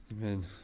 Amen